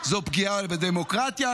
זו פגיעה בדמוקרטיה.